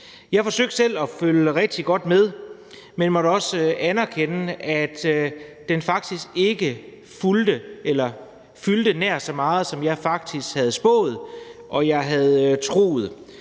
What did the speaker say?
Jeg forsøgte selv at følge rigtig godt med, men måtte også erkende, at det faktisk ikke fyldte nær så meget, som jeg havde spået og havde